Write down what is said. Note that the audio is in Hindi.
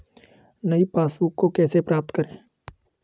नई पासबुक को कैसे प्राप्त करें?